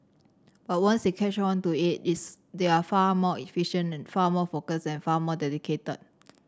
but once they catch on to it is they are far more efficient far more focused and far more dedicated